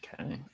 Okay